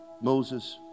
Moses